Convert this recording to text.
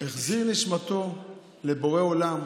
הוא החזיר נשמתו לבורא עולם